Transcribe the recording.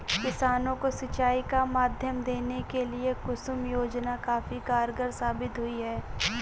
किसानों को सिंचाई का माध्यम देने के लिए कुसुम योजना काफी कारगार साबित हुई है